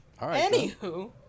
Anywho